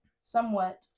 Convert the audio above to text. somewhat